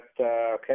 okay